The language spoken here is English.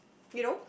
you know